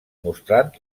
mostrant